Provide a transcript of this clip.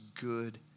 good